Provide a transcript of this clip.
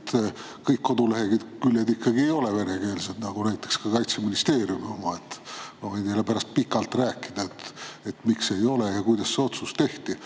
kõik koduleheküljed ikkagi ei ole ka venekeelsed, näiteks Kaitseministeeriumi oma. Ma võin teile pärast pikalt rääkida, miks ei ole ja kuidas see otsus tehti.